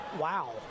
Wow